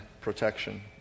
protection